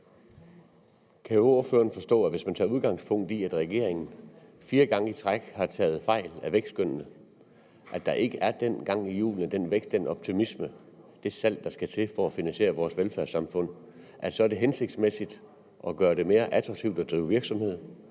Kan ordføreren forstå, at hvis man tager udgangspunkt i, at regeringen fire gange i træk har taget fejl i vækstskønnene, og at der ikke er den gang i hjulene, den vækst, den optimisme, og det salg, der skal til for at finansiere vores velfærdssamfund, så er det hensigtsmæssigt at gøre det mere attraktivt at drive virksomhed,